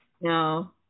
No